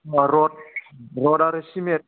अ रद आरो सिमेन्ट